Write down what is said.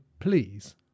please